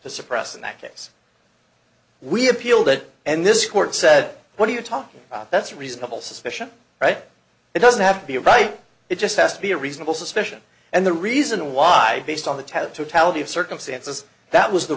to suppress in that case we appealed it and this court said what are you talking about that's reasonable suspicion right it doesn't have to be a right it just has to be a reasonable suspicion and the reason why based on the totality of circumstances that was the